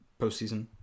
Postseason